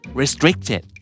restricted